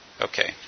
Okay